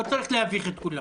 לא צריך להביך את כולם.